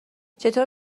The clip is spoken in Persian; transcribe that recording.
چطور